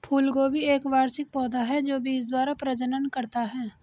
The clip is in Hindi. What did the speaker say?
फूलगोभी एक वार्षिक पौधा है जो बीज द्वारा प्रजनन करता है